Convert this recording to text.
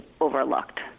overlooked